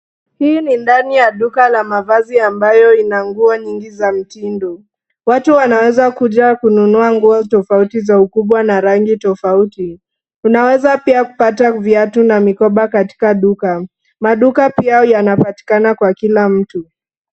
Hii ni ndani ya duka la mavazi ambayo ina nguo nyingi za mitindo. Watu wanaweza kuja kununua nguo tofauti za ukubwa na rangi tofauti. Unaweza pia kupata viatu na mikoba katika duka. Maduka pia yanapatikana kwa kila mtu.